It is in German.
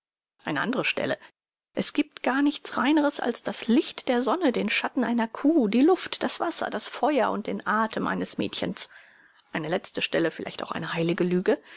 eine andre stelle es giebt gar nichts reineres als das licht der sonne den schatten einer kuh die luft das wasser das feuer und den athem eines mädchens eine letzte stelle vielleicht auch eine heilige lüge